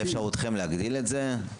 יש באפשרותכם להגדיל את זה?